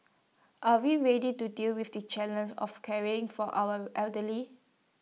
are we ready to deal with the challenges of caring for our elderly